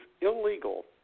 illegal